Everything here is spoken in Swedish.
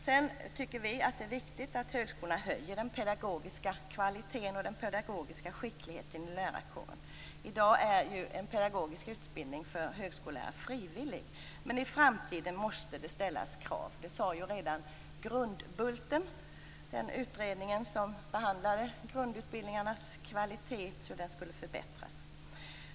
Vi tycker att det är viktigt att högskolorna höjer den pedagogiska kvaliteten och skickligheten i lärarkåren. I dag är en pedagogisk utbildning för högskollärarna frivillig, men i framtiden måste det ställas krav på sådan. Det sade redan Grundbulten, den utredning som behandlade hur grundutbildningarnas kvalitet skulle kunna förbättras.